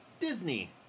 Disney